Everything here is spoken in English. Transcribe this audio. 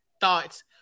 thoughts